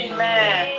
Amen